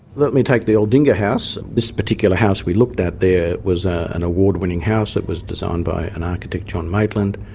let me take the aldinga house. this particular house we looked at, there was an award-winning house, it was designed by an architect, john maitland.